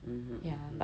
mmhmm mmhmm